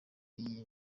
iyi